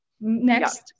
Next